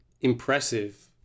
impressive